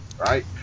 right